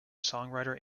songwriter